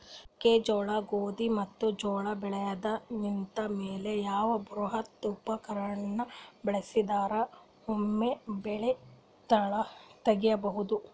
ಮೆಕ್ಕೆಜೋಳ, ಗೋಧಿ ಮತ್ತು ಜೋಳ ಬೆಳೆದು ನಿಂತ ಮೇಲೆ ಯಾವ ಬೃಹತ್ ಉಪಕರಣ ಬಳಸಿದರ ವೊಮೆ ಬೆಳಿ ತಗಿಬಹುದು?